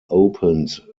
opened